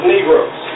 Negroes